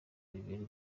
bibiri